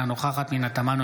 אינה נוכחת פנינה תמנו,